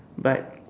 but